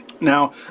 now